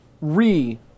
re